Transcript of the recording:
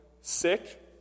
Sick